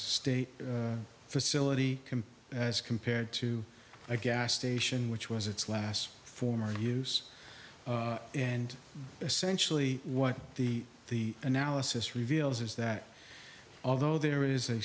state facility can as compared to a gas station which was its last form or use and essentially what the the analysis reveals is that although there is a